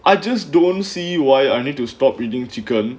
I just don't see why I need to stop eating chicken